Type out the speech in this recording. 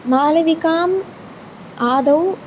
मालविकाम् आदौ